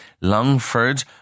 Longford